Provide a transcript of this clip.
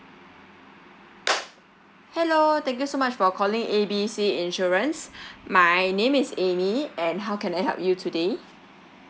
hello thank you so much for calling A B C insurance my name is amy and how can I help you today